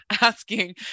asking